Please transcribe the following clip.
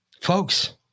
Folks